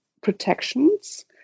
protections